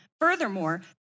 Furthermore